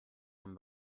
dem